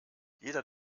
jeder